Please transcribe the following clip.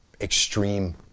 extreme